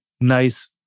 nice